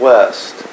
West